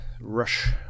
rush